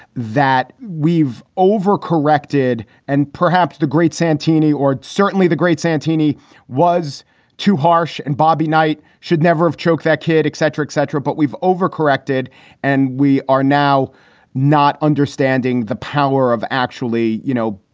that we've overcorrected and perhaps the great santini or certainly the great santini was too harsh and bobby knight should never have choke that kid, et cetera, et cetera. but we've overcorrected and we are now not understanding the power of actually, you know,